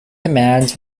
command